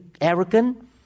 arrogant